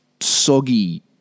soggy